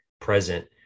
present